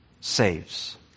saves